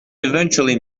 eventually